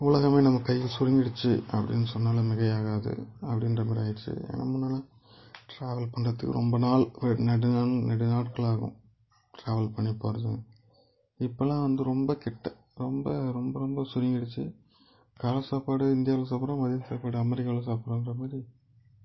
உலகமே நம்ம கையில் சுருங்கிடுச்சு அப்படின்னு சொன்னாலும் மிகையாகாது அப்படின்ற மாதிரி ஆகிருச்சி ரொம்ப நாளாக ட்ராவல் பண்ணுறத்துக்கு ரொம்ப நாள் நெடு நெடு நாட்களாகும் ட்ராவல் பண்ணி போவது இப்போலாம் வந்து ரொம்ப கிட்டே ரொம்ப ரொம்ப ரொம்ப சுருங்கிடுச்சு காலை சாப்பாடு இந்தியாவில் சாப்பிட்றோம் மதிய சாப்பாடு அமெரிக்காவுல சாப்பிட்றோன்ற மாரி